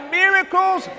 miracles